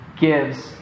gives